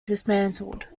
dismantled